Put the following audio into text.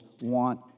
want